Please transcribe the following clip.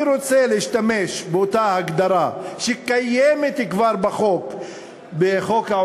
אני רוצה להשתמש באותה הגדרה שקיימת כבר בחוק העונשין,